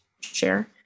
share